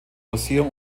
museum